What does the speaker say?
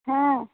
हँ